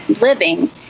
living